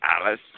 Alice